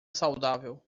saudável